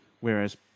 whereas